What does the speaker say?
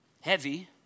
heavy